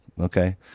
okay